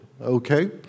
Okay